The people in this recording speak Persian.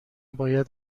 باید